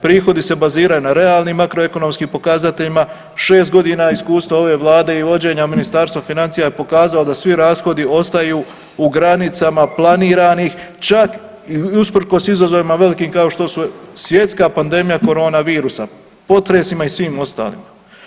Prihodi se baziraju na realnim makro ekonomskim pokazateljima, 6.g. iskustva ove vlade i vođenja Ministarstva financija je pokazao da svi rashodi ostaju u granicama planiranih, čak i usprkos izazovima velikim kao što su svjetska pandemija korona virusa, potresima i svim ostalima.